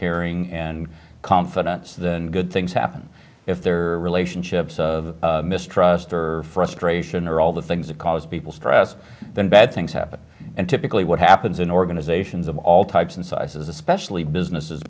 caring and confidence and good things happen if their relationships mistrust or frustration or all the things that cause people stress then bad things happen and typically what happens in organizations of all types and sizes especially business